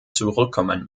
zurückkommen